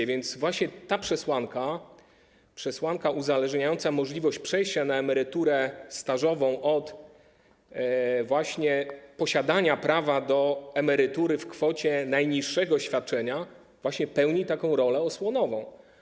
A więc właśnie ta przesłanka, przesłanka uzależniająca możliwość przejścia na emeryturę stażową od posiadania prawa do emerytury w kwocie najniższego świadczenia, właśnie pełni taką rolę osłonową.